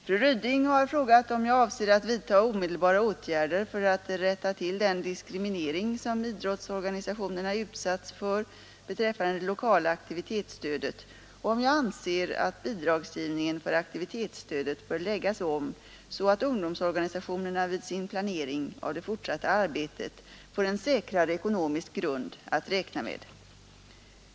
Fru Ryding har frågat, om jag avser att vidta omedelbara åtgärder för att rätta till den diskriminering som idrottsorganisationerna utsatts för beträffande det lokala aktivitetsstödet och om jag anser att bidragsgivningen för aktivitetsstödet bör läggas om, så att ungdomsorganisationerna vid sin planering av det fortsatta arbetet får en säkrare ekonomisk grund att räkna med.